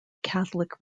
catholic